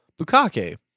Bukake